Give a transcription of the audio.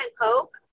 Coke